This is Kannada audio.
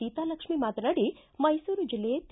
ಸೀತಾಲಕ್ಷ್ಮ ಮಾತನಾಡಿ ಮೈಸೂರು ಜಿಲ್ಲೆ ತಿ